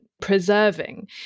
preserving